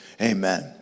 amen